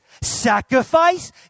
sacrifice